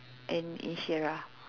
and Insyirah